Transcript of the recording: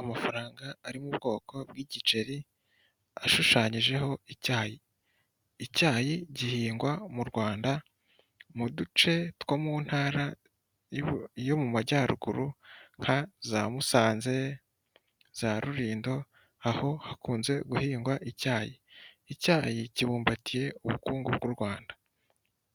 Amafaranga ari mu bwoko bw'igiceri ashushanyijeho icyayi, icyayi gihingwa mu Rwanda mu duce two mu ntara yo mu majyaruguru nka za Musanze, za Rulindo aho hakunze guhingwa icyayi. Icyayi kibumbatiye ubukungu bw'u Rwanda,